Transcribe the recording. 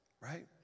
Right